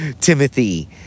Timothy